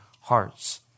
hearts